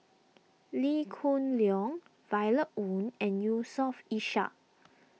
Lee Hoon Leong Violet Oon and Yusof Ishak